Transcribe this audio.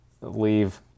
leave